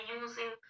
using